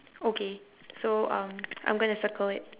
okay so um I'm gonna circle it